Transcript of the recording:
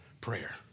prayer